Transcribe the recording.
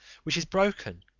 which is broken,